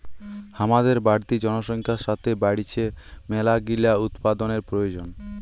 হামাদের বাড়তি জনসংখ্যার সাতে বাইড়ছে মেলাগিলা উপাদানের প্রয়োজন